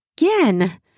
again